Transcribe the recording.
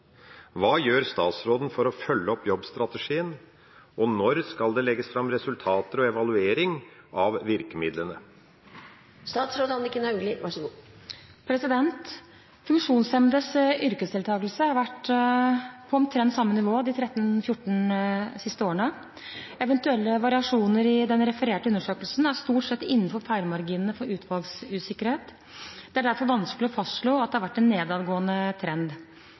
Hva gjør statsråden for å følge opp jobbstrategien, og når skal det legges fram resultater og evaluering av virkemidlene?» Funksjonshemmedes yrkesdeltakelse har vært på omtrent samme nivå de siste 13–14 årene. Eventuelle variasjoner i den refererte undersøkelsen er stort sett innenfor feilmarginene for utvalgsusikkerhet. Det er derfor vanskelig å fastslå at det har vært en nedadgående trend.